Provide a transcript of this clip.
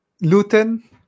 Luton